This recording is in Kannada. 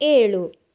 ಏಳು